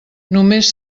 només